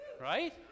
Right